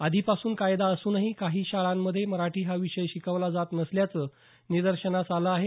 आधीपासून कायदा असूनही काही शाळांमधे मराठी हा विषय शिकवला जात नसल्याचं निर्दर्शनाला आलं आहे